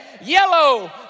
yellow